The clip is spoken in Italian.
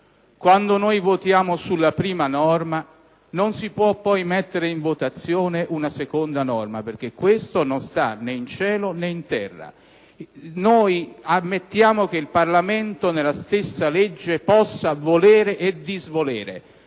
cui noi votiamo la prima norma non si può poi mettere in votazione una seconda norma, perché questo non sta né in cielo né in terra. Significa che ammettiamo che il Parlamento, nella stessa legge, possa volere e disvolere;